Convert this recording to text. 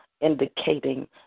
indicating